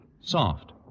Soft